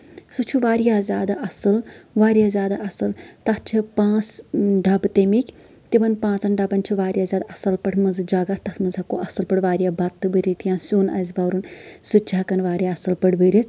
سُہ چھُ واریاہ زیادٕ اَصٕل واریاہ زیادٕ اَصٕل تَتھ چھِ پانٛژھ ڈَبہٕ تَمِکۍ تِمن پانٛژن ڈَبن چھ واریاہ زیادٕ اَصٕل پٲٹھۍ منٛزٕ جگہہ تتھ منٛز ہٮ۪کو اصل پٲٹھۍ واریاہ بَتہٕ بٔرِتھ یا سیُن آسہِ بَرُن سُہ تہِ چھِ ہٮ۪کان واریاہ اَصٕل پٲٹھۍ بٔرِتھ